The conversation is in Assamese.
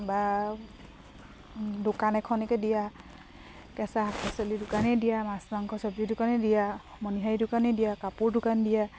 বা দোকান এখননেকে দিয়া কেঁচা শাক পাচলি দোকানেই দিয়া মাছ মাংস চবজি দোকানেই দিয়া মণিহাৰী দোকানেই দিয়া কাপোৰ দোকান দিয়া